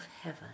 heaven